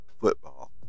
football